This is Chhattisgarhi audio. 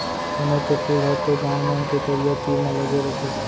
कनेर के फूल ह तो गॉंव मन के तरिया तीर म लगे रथे